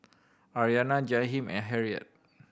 Aryanna Jahiem and Harriett